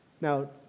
Now